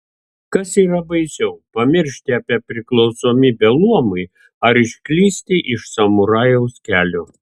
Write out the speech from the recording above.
kas yra baisiau pamiršti apie priklausomybę luomui ar išklysti iš samurajaus kelio